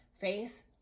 faith